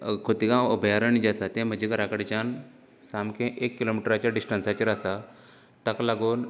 खोतिगांव अभ्यारण्य जे आसा ते म्हजें घरां कडच्यान सामकें एक किलो मिटरांचेर डिस्टंन्साचेर आसा ताका लागून